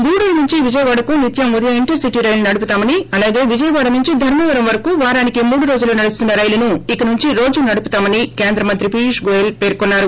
గూడూరు నుంచి విజయవాడకు నిత్యం ఉదయం ఇంటర్ సిటీ రైలును నడుపుతామని అలాగే విజయవాడ నుంచి ధర్మవరం వరకూ వారానికి మూడు రోజులు నడుస్తున్న రైలును ఇకనుంచి రోజు నడుపుతామని కేంద్రమంత్రి పియూష్ గోయల్ పేర్కరొన్నారు